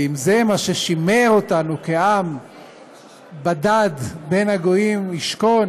ואם זה מה ששימר אותנו כעם בדד בין הגויים ישכון